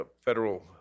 federal